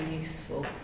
useful